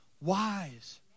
wise